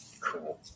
Cool